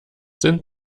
sind